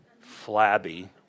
Flabby